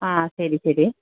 അ ശരി ശരി